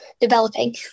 developing